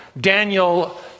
Daniel